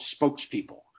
spokespeople